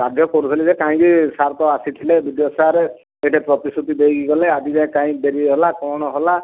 ବାଧ୍ୟ କରୁଥିଲେ ଯେ କାହିଁକି ସାର୍ ତ ଆସିଥିଲେ ବିଡ଼ିଓ ସାର୍ ଏଇଠି ତ ପ୍ରତିଶୃତି ଦେଇକି ଗଲେ ଆଜିଯାଏଁ କାହିଁକି ଡ଼େରି ହେଲା କଣ ହେଲା